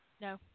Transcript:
No